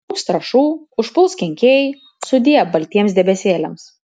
trūks trąšų užpuls kenkėjai sudie baltiems debesėliams